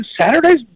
Saturdays